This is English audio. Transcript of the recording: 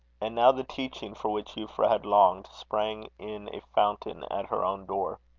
and now the teaching for which euphra had longed, sprang in a fountain at her own door.